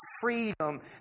freedom